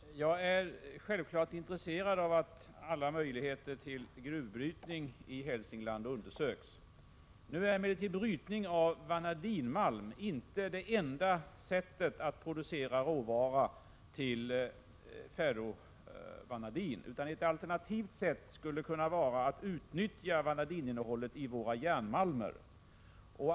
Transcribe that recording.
Herr talman! Jag är självfallet intresserad av att alla möjligheter till gruvbrytning i Hälsingland undersöks. Nu är emellertid brytning av vanadinmalm inte det enda sättet att producera råvara till ferrovanadin. Ett alternativt sätt skulle kunna vara att utnyttja vanadininnehållet i våra järnmalmer.